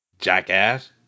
Jackass